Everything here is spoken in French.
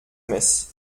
messe